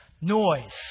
noise